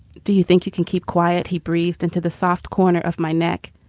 do you think you can keep quiet? he breathed into the soft corner of my neck.